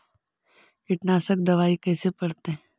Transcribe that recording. कीटनाशक दबाइ कैसे पड़तै है?